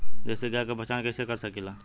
देशी गाय के पहचान कइसे कर सकीला?